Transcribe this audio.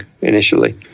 initially